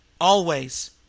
Always